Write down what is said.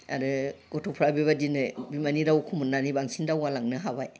आरो गथ'फ्रा बेबायदिनो बिमानि रावखौ मोननानै बांसिन दावगालांनो हाबाय